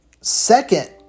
second